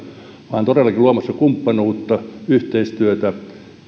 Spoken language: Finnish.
vaan todellakin luomassa kumppanuutta yhteistyötä